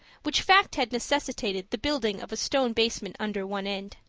which fact had necessitated the building of a stone basement under one end.